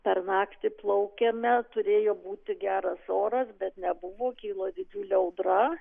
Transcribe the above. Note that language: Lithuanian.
per naktį plaukėme turėjo būti geras oras bet nebuvo kilo didžiulė audra